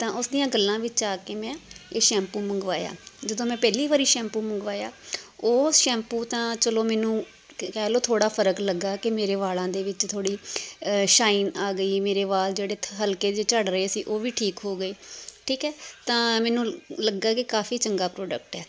ਤਾਂ ਉਸ ਦੀਆਂ ਗੱਲਾਂ ਵਿੱਚ ਆ ਕੇ ਮੈਂ ਇਹ ਸ਼ੈਂਪੂ ਮੰਗਵਾਇਆ ਜਦੋਂ ਮੈਂ ਪਹਿਲੀ ਵਾਰੀ ਸ਼ੈਂਪੂ ਮੰਗਵਾਇਆ ਉਹ ਸ਼ੈਂਪੂ ਤਾਂ ਚਲੋ ਮੈਨੂੰ ਕ ਕਹਿ ਲਓ ਥੋੜ੍ਹਾ ਫ਼ਰਕ ਲੱਗਾ ਕਿ ਮੇਰੇ ਵਾਲਾਂ ਦੇ ਵਿੱਚ ਥੋੜ੍ਹੀ ਸ਼ਾਈਨ ਆ ਗਈ ਮੇਰੇ ਵਾਲ ਜਿਹੜੇ ਹਲਕੇ ਜਿਹੇ ਝੜ ਰਹੇ ਸੀ ਉਹ ਵੀ ਠੀਕ ਹੋ ਗਏ ਠੀਕ ਹੈ ਤਾਂ ਮੈਨੂੰ ਲੱਗਾ ਕਿ ਕਾਫ਼ੀ ਚੰਗਾ ਪ੍ਰੋਡਕਟ ਹੈ